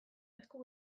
esku